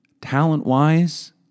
Talent-wise